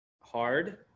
hard